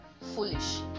foolish